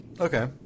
Okay